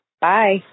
Bye